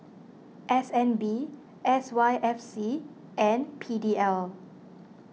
S N B S Y F C and P D L